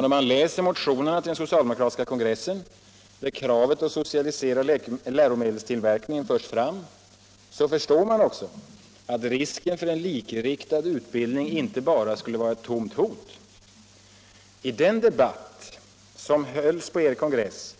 När man läser de motioner till den socialdemokratiska kongressen, där kravet på att socialisera läromedelstillverkningen förs fram, förstår man också att risken för likriktad utbildning inte bara skulle vara ett tomt hot. I den debatt som hölls på er kongress